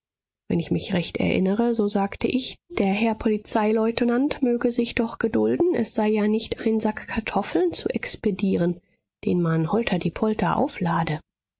wenn ich mich recht erinnere so sagte ich der herr polizeileutnant möge sich doch gedulden es sei ja nicht ein sack kartoffeln zu expedieren den man holterdiepolter auflade